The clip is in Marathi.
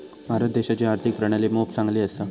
भारत देशाची आर्थिक प्रणाली मोप चांगली असा